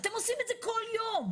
אתם עושים את זה כל יום,